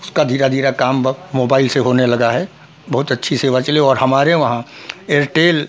उसका धीरे धीरे काम ब मोबाइल से होने लगा है बहुत अच्छी सेवा चले और हमारे वहाँ एयरटेल